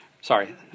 Sorry